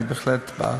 אני בהחלט בעד.